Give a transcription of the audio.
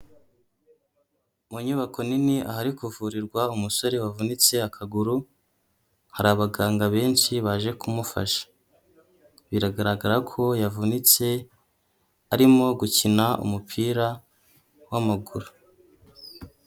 Mu nyubako nini ahari kuvurirwa umusore wavunitse akaguru, hari abaganga benshi baje kumufasha, biragaragara ko yavunitse arimo gukina umupira w'amaguru.